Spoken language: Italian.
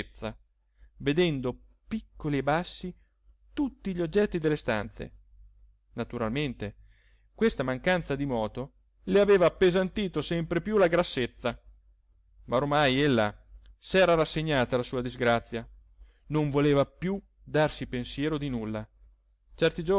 vedendo piccoli e bassi tutti gli oggetti delle stanze naturalmente questa mancanza di moto le aveva appesantito sempre più la grassezza ma ormai ella s'era rassegnata alla sua disgrazia non voleva più darsi pensiero di nulla certi